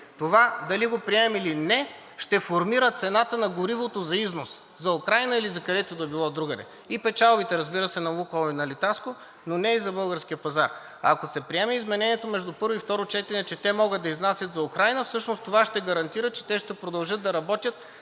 Това дали го приемем или не ще формира цената на горивото за износ – за Украйна или закъдето и да било другаде, и печалбите, разбира се, на „Лукойл“ и на „Литаско“, но не и за българския пазар. Ако се приеме изменението между първо и второ четене, че могат да изнасят за Украйна, това ще гарантира, че те ще продължат да работят